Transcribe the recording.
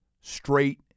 straight